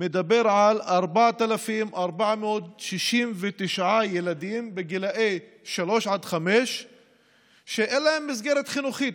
מדבר על 4,469 ילדים בגילאי שלוש עד חמש שאין להם מסגרת חינוכית.